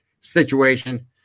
situation –